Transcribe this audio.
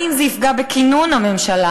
האם זה יפגע בכינון הממשלה?